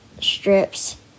strips